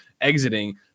exiting